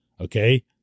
okay